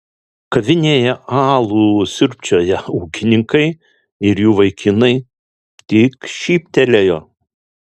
kavinėje alų sriubčioją ūkininkai ir jų vaikinai tik šyptelėjo